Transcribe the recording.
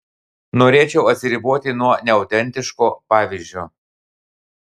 norėčiau atsiriboti nuo neautentiško pavyzdžio